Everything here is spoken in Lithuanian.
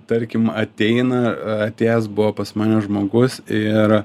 tarkim ateina atėjęs buvo pas mane žmogus ir